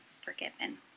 Forgiven